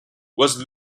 was